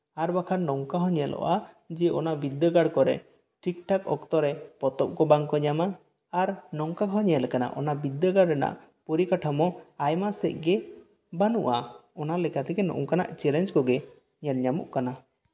ᱟᱨ ᱵᱟᱝᱠᱷᱟᱱ ᱱᱚᱝᱠᱟ ᱦᱚᱸ ᱧᱮᱞᱚᱜᱼᱟ ᱡᱮ ᱚᱱᱟ ᱵᱤᱫᱽᱫᱟᱹᱜᱟᱲ ᱠᱚᱨᱮ ᱴᱷᱤᱠᱼᱴᱷᱟᱠ ᱚᱠᱛᱚ ᱨᱮ ᱯᱚᱛᱚᱵ ᱠᱚ ᱵᱚᱝᱠᱚ ᱧᱟᱢᱟ ᱟᱨ ᱱᱚᱝᱠᱟ ᱦᱚᱸ ᱧᱮᱞᱟᱠᱟᱱᱟ ᱚᱱᱟ ᱵᱤᱫᱽᱫᱟᱹᱜᱟᱲ ᱨᱮᱱᱟᱜ ᱯᱚᱨᱤᱠᱟᱴᱷᱟᱢᱳ ᱟᱭᱢᱟ ᱥᱮᱡ ᱜᱮ ᱵᱟ ᱱᱩᱜᱼᱟ ᱚᱱᱟᱞᱮᱠᱟᱛᱮ ᱱᱚᱝᱠᱟᱱᱟᱜ ᱪᱮᱞᱮᱧᱡᱽ ᱠᱚᱜᱮ ᱧᱮᱞᱼᱧᱟᱢᱚᱜ ᱠᱟᱱᱟ